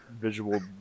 visual